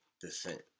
descent